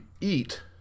eat